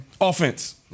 Offense